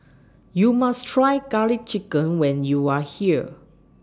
YOU must Try Garlic Chicken when YOU Are here